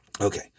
Okay